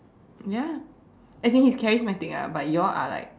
ya as in he's charismatic ah but you all are like